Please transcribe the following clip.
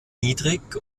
niedrig